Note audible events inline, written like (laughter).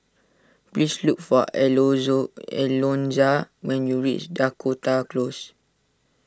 please look for (unintelligible) Alonza when you reach Dakota Close